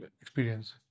Experience